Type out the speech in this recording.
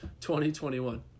2021